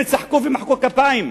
הם צחקו ומחאו כפיים.